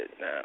now